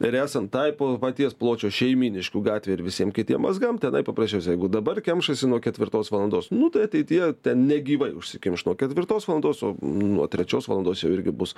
ir esant tai po paties pločio šeimyniškių gatvei ir visiem kitiem mazgam tenai paprasčiausia jeigu dabar kemšasi nuo ketvirtos valandos nu tai ateityje ten negyvai užsikimš nuo ketvirtos valandos o nuo trečios valandos jau irgi bus